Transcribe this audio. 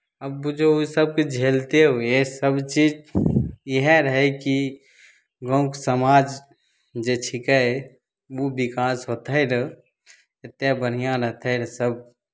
आब बुझहो सभचीजके झेलते हुए सभचीज इएह रहय कि गाँवके समाज जे छिकै ओ विकास होतै रहए कतेक बढ़िआँ रहतै रहए सभ